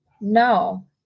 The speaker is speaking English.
No